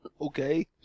Okay